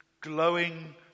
glowing